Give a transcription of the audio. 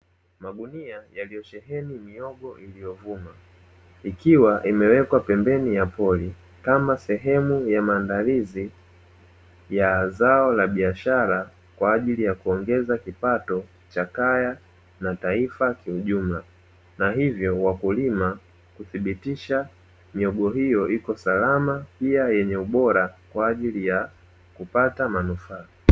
Magunia yaliyosheheni mihogo iliyovunwa ikiwa imewekwa pembeni ya pori kama sehemu ya maandalizi ya zao la biashara kwa ajili ya kuongeza kipato cha kaya na taifa kiujumla na hivyo wakulima huthibitisha mihogo hiyo iko salama pia yenye ubora kwa ajili ya kupata manufaa.